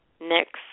next